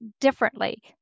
differently